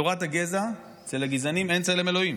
בתורת הגזע, אצל הגזענים, אין צלם אלוהים.